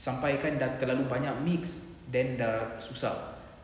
sampai kan dah terlalu banyak mix then dah susah